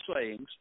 sayings